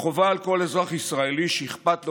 החובה על כל אזרח ישראלי שאכפת לו